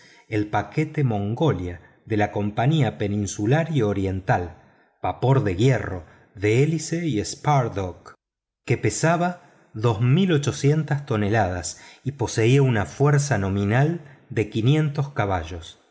el paquebote mongolia de la compañía peninsular y oriental vapor de hierro de hélice y entrepuente que desplazaba dos mil ochocientas toneladas y poseía una fuerza nominal de quinientos caballos